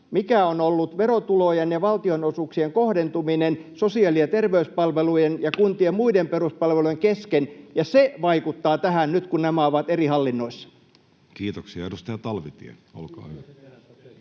mikä on ollut verotulojen ja valtionosuuksien kohdentuminen sosiaali- ja terveyspalvelujen ja kuntien muiden peruspalvelujen kesken. Se vaikuttaa tähän nyt, kun nämä ovat eri hallinnoissa. [Mauri Peltokangas: